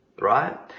Right